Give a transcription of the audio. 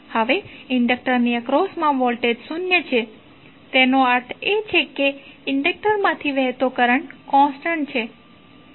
હવે ઇન્ડક્ટરની એક્રોસમા વોલ્ટેજ શૂન્ય છે તેનો અર્થ એ કે ઇન્ડક્ટર માથી વહેતો કરંટ કોન્સટંટ છે